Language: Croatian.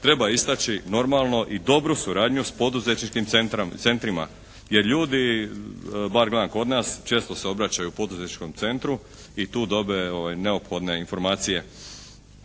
Treba istaći normalno i dobru suradnju s poduzetničkim centrima jer ljudi bar gledam kod nas često se obraćaju poduzetničkom centru i tu dobe neophodne informacije.